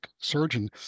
surgeon